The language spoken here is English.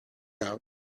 out